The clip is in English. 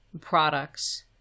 products